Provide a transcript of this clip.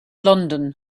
london